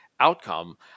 outcome